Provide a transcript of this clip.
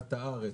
ידיעת הארץ,